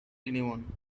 anyone